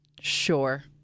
Sure